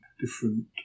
different